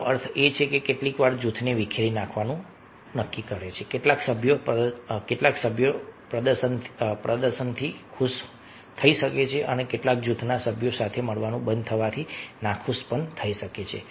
તેનો અર્થ એ છે કે કેટલીકવાર જૂથને વિખેરી નાખવાનું નક્કી કરે છે કેટલાક સભ્યો પ્રદર્શનથી ખુશ થઈ શકે છે અને કેટલાક જૂથના સભ્યો સાથે મળવાનું બંધ થવાથી નાખુશ થઈ શકે છે